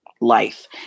life